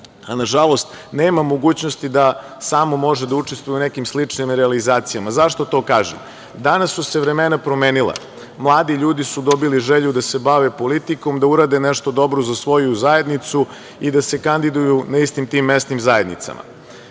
a na žalost nema mogućnosti da samo može da učestvuje u nekim sličnim realizacijama. Zašto to kažem? Danas su se vremena promenila. Mladi ljudi su dobili želju da se bave politikom, da urade nešto dobro za svoju zajednicu i da se kandiduju na istim tim mesnim zajednicama.U